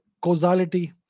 causality